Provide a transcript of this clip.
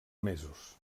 mesos